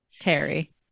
Terry